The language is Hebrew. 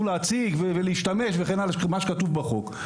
להציג ולהשתמש וכן הלאה כפי שכתוב בחוק.